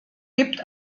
gibt